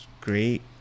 great